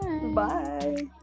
Bye